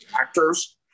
actors